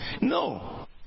No